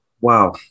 wow